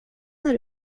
när